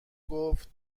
گفت